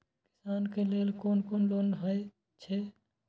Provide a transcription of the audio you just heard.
किसान के लेल कोन कोन लोन हे छे?